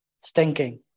Stinking